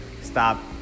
stop